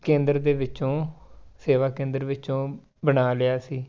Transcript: ਕੇਂਦਰ ਦੇ ਵਿੱਚੋਂ ਸੇਵਾ ਕੇਂਦਰ ਵਿੱਚੋਂ ਬਣਾ ਲਿਆ ਸੀ